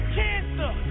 cancer